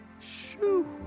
Shoo